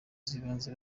z’ibanze